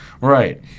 Right